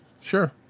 sure